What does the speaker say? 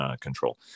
control